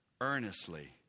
earnestly